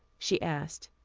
she asked.